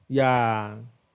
ya